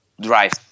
drive